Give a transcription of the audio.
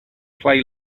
play